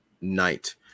night